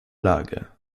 lage